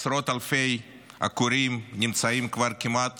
עשרות אלפי עקורים נמצאים כבר כמעט